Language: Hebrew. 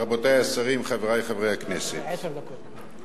רבותי השרים, חברי חברי הכנסת, יש לך עד עשר דקות.